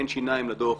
אין שיניים לדוח,